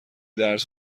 درس